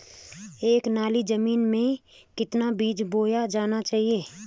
एक नाली जमीन में कितना बीज बोया जाना चाहिए?